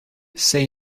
say